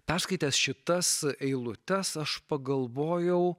perskaitęs šitas eilutes aš pagalvojau